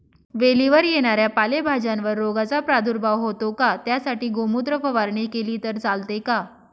वेलीवर येणाऱ्या पालेभाज्यांवर रोगाचा प्रादुर्भाव होतो का? त्यासाठी गोमूत्र फवारणी केली तर चालते का?